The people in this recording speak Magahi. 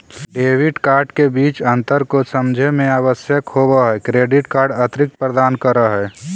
डेबिट कार्ड के बीच अंतर को समझे मे आवश्यक होव है क्रेडिट कार्ड अतिरिक्त प्रदान कर है?